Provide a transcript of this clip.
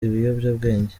ibiyobyabwenge